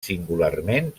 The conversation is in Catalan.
singularment